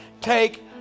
take